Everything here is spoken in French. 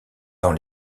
dans